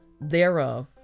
thereof